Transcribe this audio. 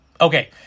Okay